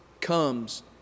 comes